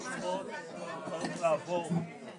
להגיד שאנשים עם ריבוי מוגבלויות יכולים לקבל סיוע מכאן או סיוע מכאן,